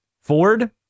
Ford